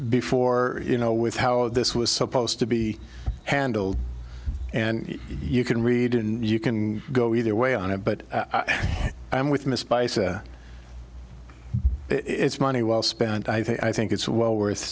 before you know with how this was supposed to be handled and you can read it and you can go either way on it but i'm with miss bison it's money well spent i think it's well worth